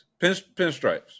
pinstripes